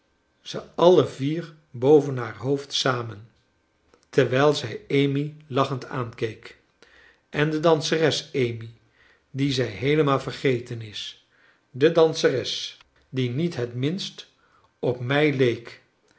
ze alle vier boven haar hoofd samen terwijl zij amy lachend aankeek en de danseres amy die zij heelemaal vergeten is de danseres die niet het minst op mij leek